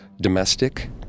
domestic